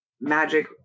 magic